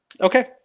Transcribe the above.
Okay